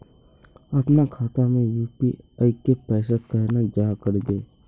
अपना खाता में यू.पी.आई के पैसा केना जाहा करबे?